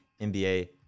NBA